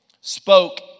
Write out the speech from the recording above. spoke